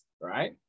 right